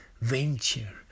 venture